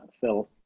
Phil